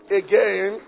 again